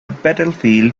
battlefield